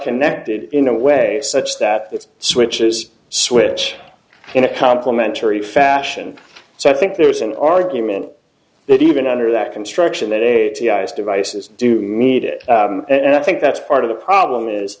connected in a way such that its switches switch in a complimentary fashion so i think there was an argument that even under that construction that a guy's devices do need it and i think that's part of the problem is